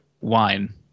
wine